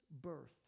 birth